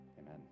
Amen